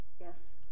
Yes